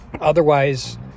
Otherwise